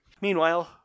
Meanwhile